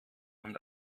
und